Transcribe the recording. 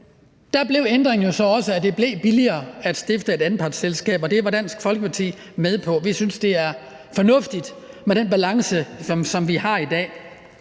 Der blev ændringen jo så også, at det blev billigere at stifte et anpartsselskab, og det var Dansk Folkeparti med på. Vi synes, det er fornuftigt med den balance, som vi har i dag,